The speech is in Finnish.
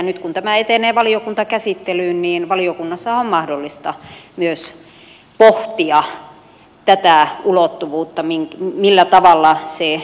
nyt kun tämä etenee valiokuntakäsittelyyn niin valiokunnassahan on mahdollista pohtia myös tätä ulottuvuutta millä tavalla se vaikuttaa demokratian edistämisessä